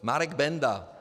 Marek Benda.